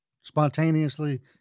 spontaneously